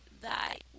thy